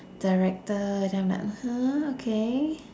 director and then I'm like !huh! okay